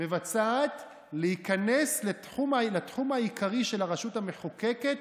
מבצעת להיכנס לתחום העיקרי של הרשות המחוקקת